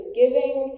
giving